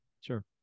Sure